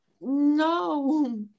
no